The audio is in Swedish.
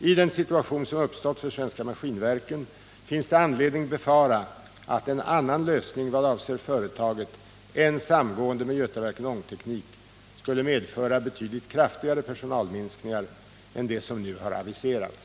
I den situation som uppstått för Svenska Maskinverken finns det anledning att befara att en annan lösning vad avser företaget än samgående med Götaverken Ångteknik skulle medföra betydligt kraftigare personalminskningar än de som nu har aviserats.